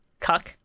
cuck